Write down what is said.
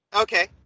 Okay